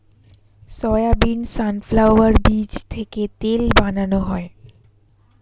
soybean, sunflower বীজ থেকে তেল বানানো হয়